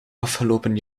afgelopen